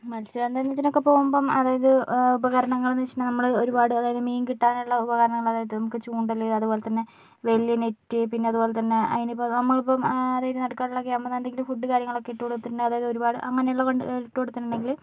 മത്സ്യബന്ധനത്തിനൊക്കെ പോകുമ്പോൾ അതായത് ഉപകരണങ്ങൾ എന്നു വെച്ചിട്ടുണ്ടെങ്കിൽ നമ്മള് ഒരുപാട് അതായത് മീൻ കിട്ടാനുള്ള ഉപകരണങ്ങൾ അതായത് നമുക്ക് ചൂണ്ടല് അതുപോലെതന്നെ വലിയ നെറ്റ് പിന്നെ അതുപോലെ തന്നെ അയിനി ഇപ്പോൾ നമ്മളിപ്പം അതായത് നടുക്കടലിൽ ഒക്കെ ആകുമ്പോൾ എന്തെങ്കിലും ഫുഡ് കാര്യങ്ങളൊക്കെ ഇട്ടു കൊടുത്തിട്ടുണ്ടെങ്കിൽ അതായത് ഒരുപാട് അങ്ങനെയുള്ളത് ഇട്ടു കൊടുത്തിട്ടുണ്ടെങ്കിൽ